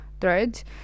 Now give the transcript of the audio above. threads